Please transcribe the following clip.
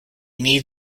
need